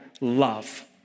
love